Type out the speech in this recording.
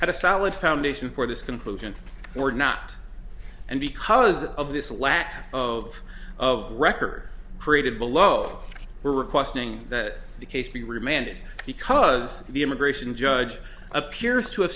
had a solid foundation for this conclusion or not and because of this lack of of record created below we're requesting that the case be remanded because the immigration judge appears to